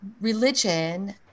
religion